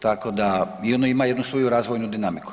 Tako da i ono ima jednu svoju razvojnu dinamiku.